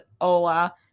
hola